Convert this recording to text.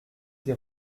des